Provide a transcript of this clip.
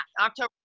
October